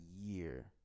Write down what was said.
year